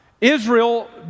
Israel